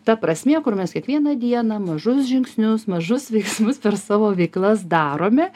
ta prasmė kur mes kiekvieną dieną mažus žingsnius mažus veiksmus per savo veiklas darome